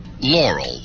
Laurel